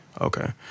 Okay